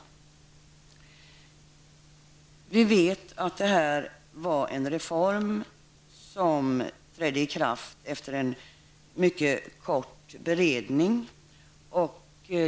Vi vet att den reformen trädde i kraft efter en mycket kort beredning.